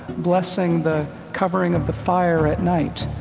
blessing the covering of the fire at night.